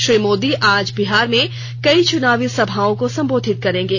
श्री मोदी आज बिहार में कई चुनावी सभाओं को संबोधित करेंगे